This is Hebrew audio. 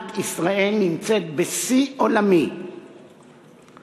מדינת ישראל נמצאת בשיא עולמי למספר התיקים לנפש.